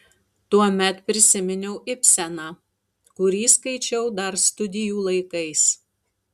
tuomet prisiminiau ibseną kurį skaičiau dar studijų laikais